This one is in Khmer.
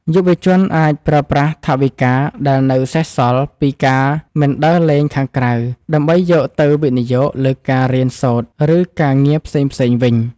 យុវជនអាចប្រើប្រាស់ថវិកាដែលនៅសេសសល់ពីការមិនដើរលេងខាងក្រៅដើម្បីយកទៅវិនិយោគលើការរៀនសូត្រឬការងារផ្សេងៗវិញ។